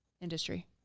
industry